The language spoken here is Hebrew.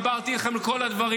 דיברתי איתכם על כל הדברים,